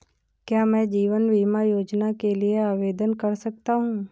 क्या मैं जीवन बीमा योजना के लिए आवेदन कर सकता हूँ?